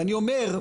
ואני אומר,